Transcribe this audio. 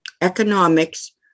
economics